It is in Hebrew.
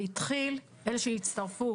הצטרפו